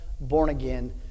born-again